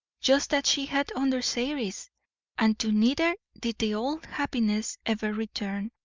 just as she had under sairey's and to neither did the old happiness ever return,